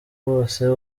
bose